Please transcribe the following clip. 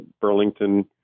Burlington